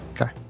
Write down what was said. Okay